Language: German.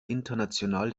international